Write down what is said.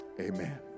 Amen